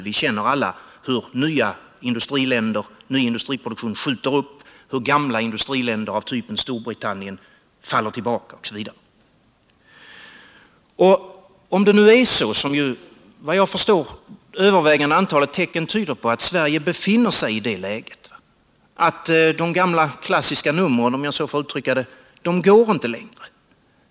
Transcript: Vi känner alla till hur nya industriländer skjuter upp, hur gamla industriländer av typen Storbritannien faller tillbaka osv. Enligt vad jag förstår tyder ett övervägande antal tecken på-att Sverige befinner sig i det läget att de gamla klassiska ”numren” inte går längre.